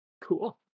Cool